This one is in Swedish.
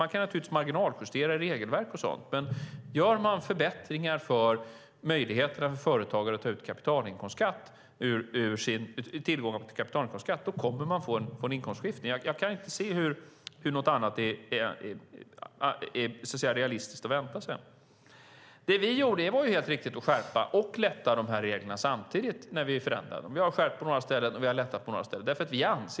Man kan naturligtvis marginaljustera regelverk och sådant, men gör man förbättringar för möjligheten att ta ut kapitalinkomstskatt kommer man att få en inkomstskiftning. Jag kan inte se att något annat är realistiskt att vänta sig. Det vi gjorde var helt riktigt att både skärpa och lätta de här reglerna samtidigt. Vi har skärpt på några ställen och lättat på några.